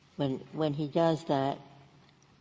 when when he does that,